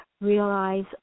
realize